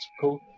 cool